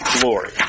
glory